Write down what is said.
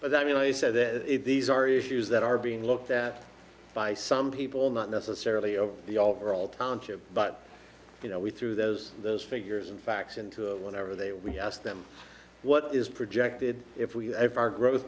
but i mean i said that these are issues that are being looked at by some people not necessarily of the overall township but you know we threw those those figures and facts into it whenever they we asked them what is projected if we ever our growth